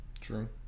True